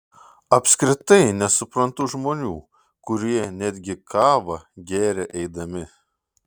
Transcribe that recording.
apskritai nesuprantu žmonių kurie netgi kavą geria eidami